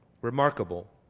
Remarkable